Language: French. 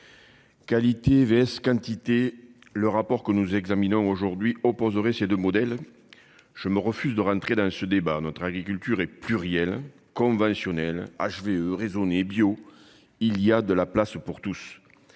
Qualité vs quantité le rapport que nous examinons aujourd'hui opposerez ces 2 modèles. Je me refuse de rentrer dans ce débat, notre agriculture est plurielle conventionnel achever raisonnée bio il y a de la place pour tous.